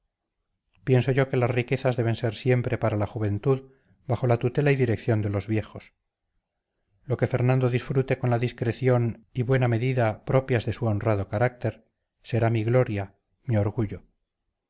pienso yo que las riquezas deben ser siempre para la juventud bajo la tutela y dirección de los viejos lo que fernando disfrute con la discreción y buena medida propias de su honrado carácter será mi gloria mi orgullo